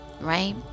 right